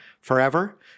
forever